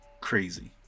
Crazy